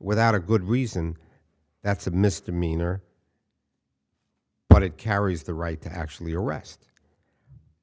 without a good reason that's a misdemeanor but it carries the right to actually arrest